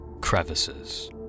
crevices